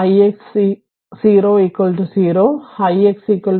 അതിനാൽ ix 0 0